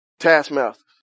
Taskmasters